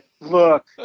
Look